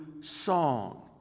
song